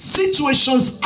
situations